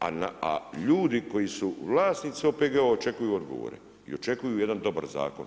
a ljudi koji su vlasnici OPG-a očekuju odgovore i očekuju jedan dobar zakon.